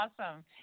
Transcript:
awesome